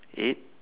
eight